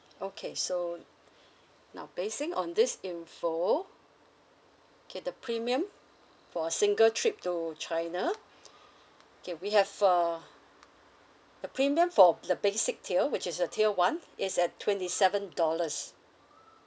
okay so now basing on this info K the premium for a single trip to china K we have uh the premium for the basic tier which is the tier one is at twenty seven dollars